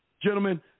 Gentlemen